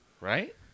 Right